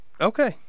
Okay